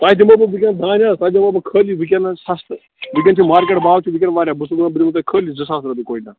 تۄہہِ دِمہو بہٕ وُنکٮ۪س دانہِ حظ تۄہہِ دِمہو بہٕ خٲلی وُنکٮ۪نس سَستہٕ وُنکٮ۪ن چھُ مارکٮ۪ٹ باو چھُ وُنکٮ۪ن وارِیاہ بہٕ اوسُس وَنان بہٕ دِمہو تُہۍ خٲلی زٕ ساس روپیہِ کۅینٛٹل